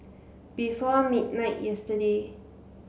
before midnight yesterday